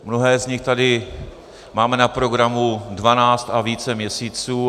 Mnohé z nich tady máme na programu dvanáct a více měsíců.